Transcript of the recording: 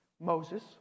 Moses